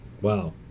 Wow